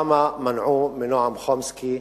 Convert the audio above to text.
למה מנעו מנועם חומסקי,